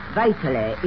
vitally